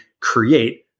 create